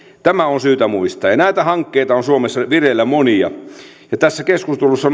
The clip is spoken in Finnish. tämä on syytä muistaa näitä hankkeita on suomessa vireillä monia tässä keskustelussa